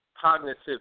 cognitive